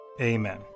Amen